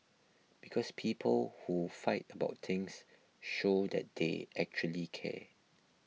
because people who fight about things show that they actually care